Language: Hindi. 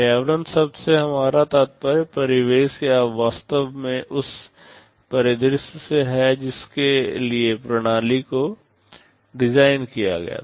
पर्यावरण शब्द से हमारा तात्पर्य परिवेश या वास्तव में उस परिदृश्य से है जिसके लिए प्रणाली को डिजाइन किया गया था